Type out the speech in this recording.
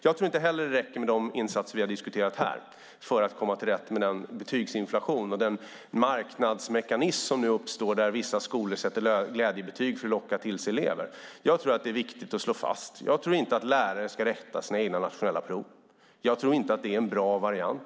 Jag tror inte heller att det räcker med de insatser vi har diskuterat här för att komma till rätta med den betygsinflation och den marknadsmekanism som nu uppstår, där vissa skolor sätter glädjebetyg för att locka till sig elever. Det är till exempel viktigt att slå fast att lärare inte ska rätta sina egna nationella prov. Jag tror inte att det är en bra variant.